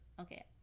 Okay